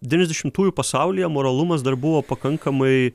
devyniasdešimtųjų pasaulyje moralumas dar buvo pakankamai